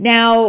Now